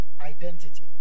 identity